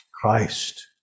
Christ